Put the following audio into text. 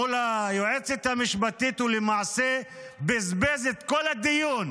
מול היועצת המשפטית, ולמעשה בזבז את כל הדיון